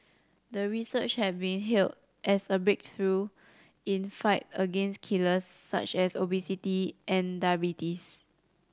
the research had been hailed as a breakthrough in fight against killers such as obesity and diabetes